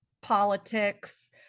politics